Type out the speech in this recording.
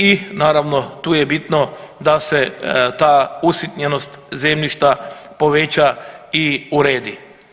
I naravno tu je bitno da se ta usitnjenost zemljišta poveća i redi.